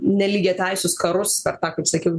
nelygiateisius karus per tą kaip sakiau